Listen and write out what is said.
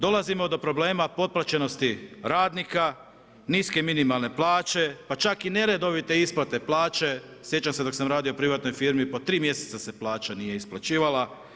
Dolazimo do problem potplaćenosti radnika, niske minimalne plaće, pa čak i neredovite isplate plaće, sjećam se dok sam radio u privatnoj firmi, po 3 mjeseca se plaća nije isplaćivala.